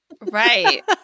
Right